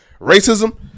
racism